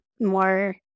more